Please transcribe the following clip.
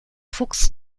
fuchs